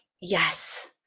yes